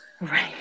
right